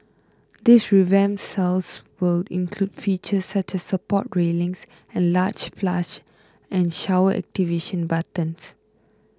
these revamped cells will include features such as support railings and large flush and shower activation buttons